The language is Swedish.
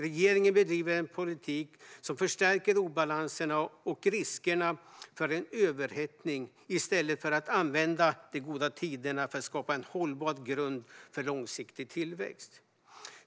Regeringen bedriver en politik som förstärker obalanserna och riskerna för en överhettning i stället för att använda de goda tiderna för att skapa en hållbar grund för långsiktig tillväxt.